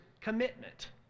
commitment